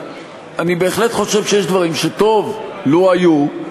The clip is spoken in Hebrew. אני בהחלט חושב שיש דברים שטוב לו היו.